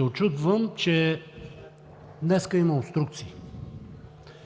Учудвам се, че днес има обструкции.